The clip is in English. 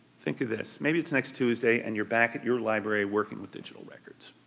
think of this maybe it's next tuesday and you're back at your library working with digital records.